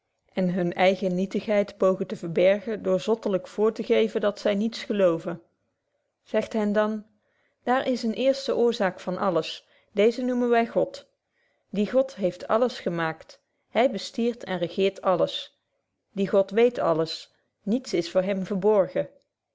en hunne eigen nietigheid pogen te verbergen door zottelyk voor te geven dat zy niets geloven zegt hen dan daar is een eerste oorzaak van alles deeze noemen wy god die god heeft alles gemaakt hy bestiert en regeert alles die god weet alles niets is voor hem verborgen